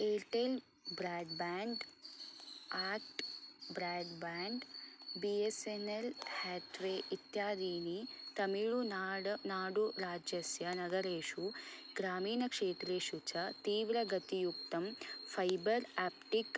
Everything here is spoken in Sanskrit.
Airtel broadband ACT broadband B S N L Hathway इत्यादीनि तमिळुनाड् नाडु राज्यस्य नगरेषु ग्रामीणक्षेत्रेषु च तीव्रगतियुक्तं फैबर् आप्टिक्